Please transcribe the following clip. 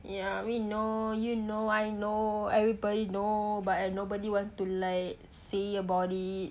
ya we know you know I know everybody know but nobody want to like say about it